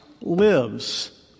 lives